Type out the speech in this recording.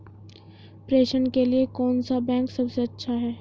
प्रेषण के लिए कौन सा बैंक सबसे अच्छा है?